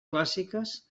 clàssiques